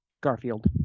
Garfield